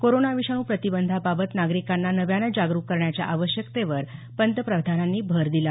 corona विषाणू प्रतिबंधाबाबत नागरिकांना नव्यानं जागरूक करण्याच्या आवश्यकतेवर पंतप्रधानांनी भर दिला